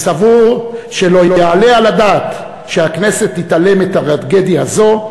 אני סבור שלא יעלה על הדעת שהכנסת תתעלם מטרגדיה זו,